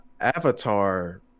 Avatar